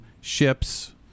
ships